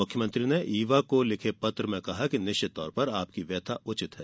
मुख्यमंत्री ने ईवा को लिखे पत्र में कहा कि निश्चित तौर पर आपकी व्यथा ठीक है